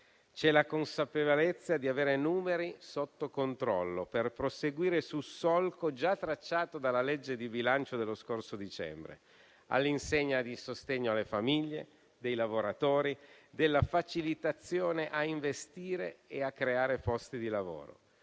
C'è la consapevolezza di avere numeri sotto controllo per proseguire sul solco già tracciato dalla legge di bilancio dello scorso dicembre, all'insegna del sostegno alle famiglie e ai lavoratori, della facilitazione a investire e a creare posti di lavoro,